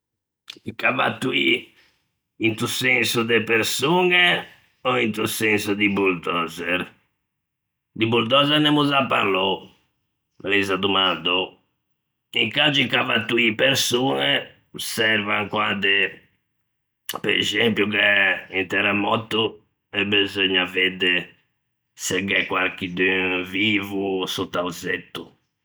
E cavatoî into senso de persoñe ò into senso di buldozer? Di buldozer n'émmo za parlou, me l'ei za domandou, incangio i cavatoî persoñe servan quande pe exempio gh'é un terremòtto e beseugna vedde se gh'é quarchidun vivo sotta a-o zetto.